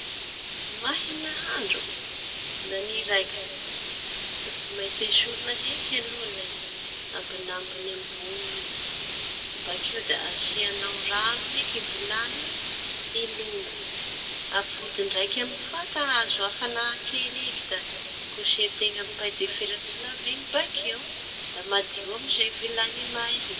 May nahandro da niraikitsy tsy maintsy esorina eky aloha le ambin'ambiñy ambony iñy, bakeo da asiañao rano eky vilany iñy hilona. Ampody ndraiky amin'ny fatana ahazo hafana kely eky da kosehin-teña amin'ny pay de fera sy laveno bakeo da madio amizay vilany may iñy.